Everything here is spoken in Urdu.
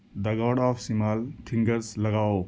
the god of small things لگاؤ